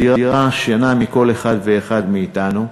מדירה שינה מעיני כל אחד ואחד מאתנו,